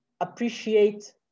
appreciate